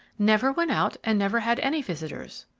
never went out and never had any visitors.